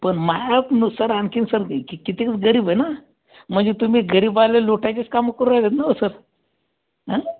पण माझ्यानुसार आणखीन सर किती तं गरीब आहे ना म्हणजे तुम्ही गरीबाला लुटायचेच कामं करू राहिलेत ना ओ सर हा